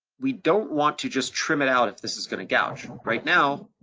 we don't want to just trim it out if this is gonna gouge. right now,